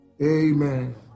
Amen